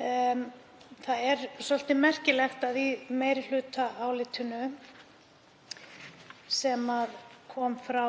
Það er svolítið merkilegt að í meirihlutaálitinu sem kom frá